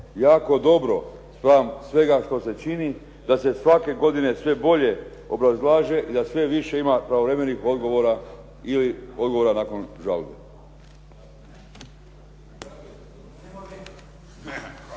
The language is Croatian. jako dobro spram svega što se čini, da se svake godine sve bolje obrazlaže i da sve više ima pravovremenih odgovora ili odgovora nakon žalbe.